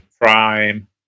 Prime